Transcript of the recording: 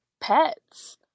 pets